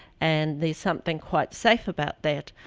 and there's something quite safe about that,